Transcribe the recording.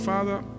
Father